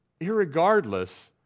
irregardless